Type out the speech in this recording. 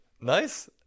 Nice